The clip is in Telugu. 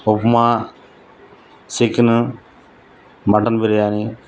upma chicken mutton biryani